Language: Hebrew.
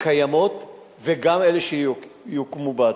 הקיימות וגם אלה שיוקמו בעתיד.